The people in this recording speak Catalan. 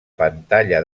pantalla